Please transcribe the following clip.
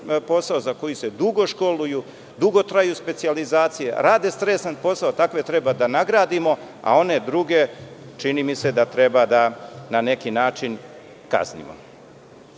posao za koji se dugo školuju, dugu traju specijalizacije, rade stresan posao, takve treba da nagradimo, a one druge čini mi se da treba da na neki način kaznimo. Mi